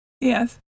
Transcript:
Yes